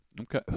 Okay